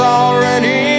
already